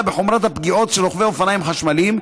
בחומרת הפגיעות של רוכבי אופניים חשמליים,